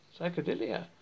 psychedelia